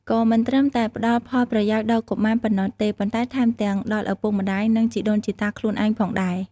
ក៏មិនត្រឹមតែផ្តល់ផលប្រយោជន៍ដល់កុមារប៉ុណ្ណោះទេ ប៉ុន្តែថែមទាំងដល់ឪពុកម្តាយ និងជីដូនជីតាខ្លួនឯងផងដែរ។